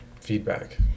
Feedback